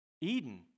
Eden